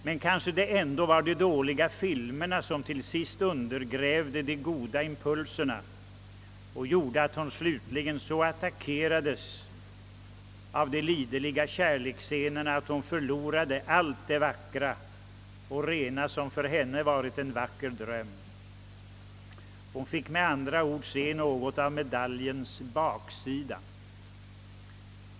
Men kanske det ändå var de dåliga filmerna som till sist undergrävde de goda impulserna och gjorde att hon så slutligen attackerades av de liderliga kärleksscenerna att hon förlorade allt det vackra och rena som för henne varit en vacker dröm. Hon fick med andra ord se något av medaljens baksida.